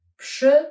przy